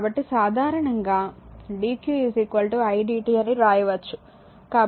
కాబట్టి సాధారణంగా dq i dt అని వ్రాయవచ్చు